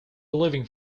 leaving